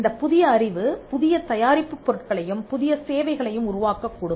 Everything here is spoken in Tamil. இந்தப் புதிய அறிவு புதிய தயாரிப்புப் பொருட்களையும் புதிய சேவைகளையும் உருவாக்கக் கூடும்